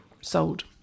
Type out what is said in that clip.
sold